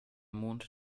mond